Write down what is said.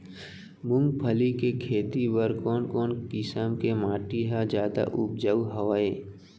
मूंगफली के खेती बर कोन कोन किसम के माटी ह जादा उपजाऊ हवये?